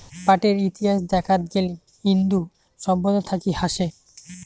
পাটের ইতিহাস দেখাত গেলি ইন্দু সভ্যতা থাকি আসে